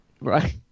Right